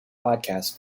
podcast